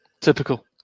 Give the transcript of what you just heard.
Typical